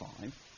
five